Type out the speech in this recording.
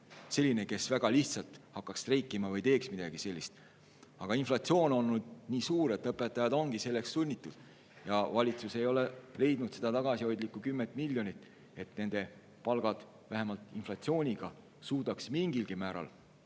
selline, kes väga lihtsalt hakkaks streikima või teeks midagi sellist. Aga inflatsioon on olnud nii suur, et õpetajad on selleks sunnitud. Ja valitsus ei ole leidnud seda tagasihoidlikku 10 miljonit, et nende palgad vähemalt inflatsiooniga suudaks mingilgi määral